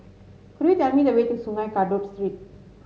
could you tell me the way to Sungei Kadut Street